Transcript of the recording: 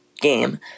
game